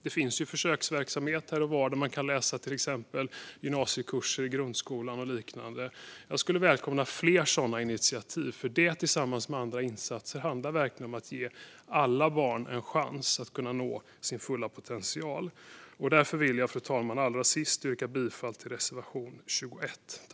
Det finns försöksverksamheter här och var där man kan läsa till exempel gymnasiekurser i grundskolan och liknande. Jag skulle välkomna fler sådana initiativ. Det tillsammans med andra insatser handlar verkligen om att ge alla barn en chans att kunna nå sin fulla potential. Fru talman! Jag vill därför allra sist yrka bifall till reservation 21.